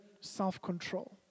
self-control